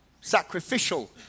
Sacrificial